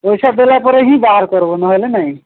ପଇସା ଦେଲା ପରେ ହିଁ ବାହାର କରିବ ନହେଲେ ନାଇଁ